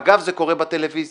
אגב, זה קורה בטלוויזיה